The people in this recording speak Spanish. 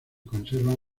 conservan